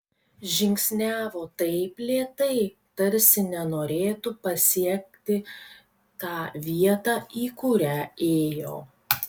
žingsniavo taip lėtai tarsi nenorėtų pasiekti tą vietą į kurią ėjo